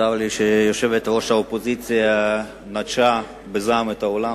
צר לי שיושבת-ראש האופוזיציה נטשה בזעם את האולם.